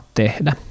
tehdä